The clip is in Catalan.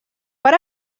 per